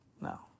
No